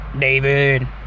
David